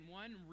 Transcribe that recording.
one